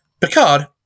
Picard